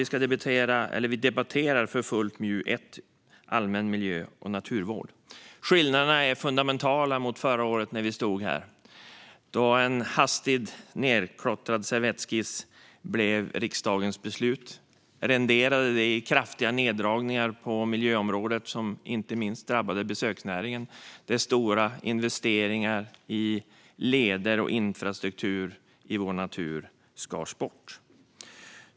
Vi debatterar för fullt MJU1 om allmän miljö och naturvård. Skillnaderna är fundamentala mot förra året när vi stod här. En hastigt nedklottrad servettskiss blev då riksdagens beslut. Det renderade på miljöområdet i kraftiga neddragningar som inte minst drabbade besöksnäringen, där stora investeringar i leder och infrastruktur i vår natur skars bort.